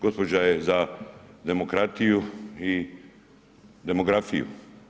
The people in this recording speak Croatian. Gospođa je za demokratiju i demografiju.